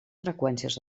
freqüències